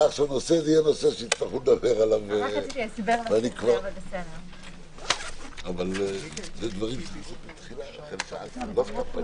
הישיבה ננעלה בשעה 10:54.